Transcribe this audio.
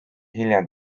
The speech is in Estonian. hiljem